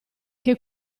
che